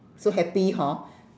so happy hor